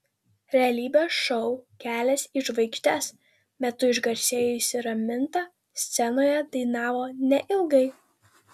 realybės šou kelias į žvaigždes metu išgarsėjusi raminta scenoje dainavo neilgai